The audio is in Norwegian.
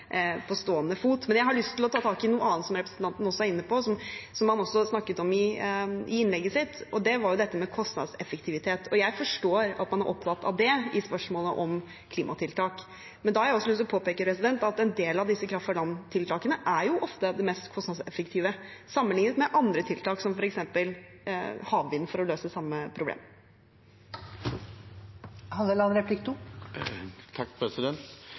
på stående fot. Men jeg har lyst til å ta tak i noe annet som representanten er inne på, som han også snakket om i innlegget sitt, og det er dette med kostnadseffektivitet. Jeg forstår at man er opptatt av det i spørsmålet om klimatiltak, men da har jeg lyst til å påpeke at en del av disse kraft fra land-tiltakene er jo ofte det mest kostnadseffektive sammenlignet med andre tiltak, som f.eks. havvind, for å løse samme